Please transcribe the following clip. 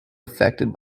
affected